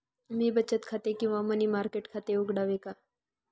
मी बचत खाते किंवा मनी मार्केट खाते उघडावे का?